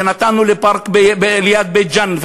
ונתנו לפארק ליד בית-ג'ן,